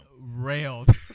railed